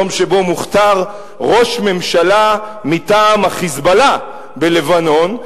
יום שבו מוכתר ראש ממשלה מטעם ה"חיזבאללה" בלבנון,